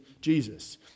Jesus